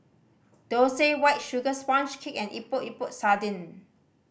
Dosa White Sugar Sponge Cake and Epok Epok Sardin